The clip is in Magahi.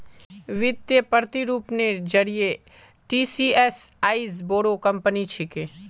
वित्तीय प्रतिरूपनेर जरिए टीसीएस आईज बोरो कंपनी छिके